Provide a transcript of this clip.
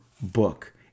book